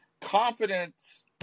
confidence